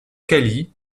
cali